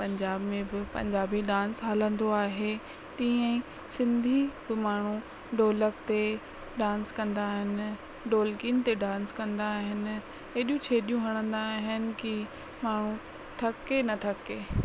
पंजाब में बि पंजाबी डांस हलंदो आहे तीअं ई सिंधी बि माण्हूं ढोलक ते डांस कंदा आहिनि ढोलकिन ते डांस कंदा आहिनि एॾियूं छेॼूं हणंदा आनिनि की माण्हूं